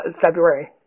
February